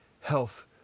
health